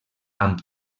amb